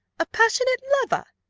a passionate lover!